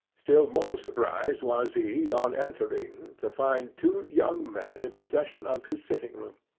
still more surprised was he on entering to find two young men in possession of his sitting-room.